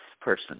person